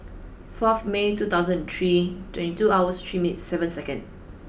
fourth May two thousand three twenty two hour three min seven second